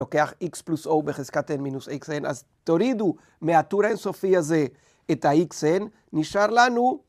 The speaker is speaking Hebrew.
לוקח x פלוס o בחזקת n מינוס xn, אז תורידו מהטור האינסופי הזה את ה-xn, נשאר לנו.